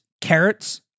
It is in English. carrots